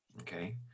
okay